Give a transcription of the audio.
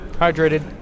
hydrated